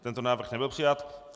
Tento návrh nebyl přijat.